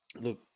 look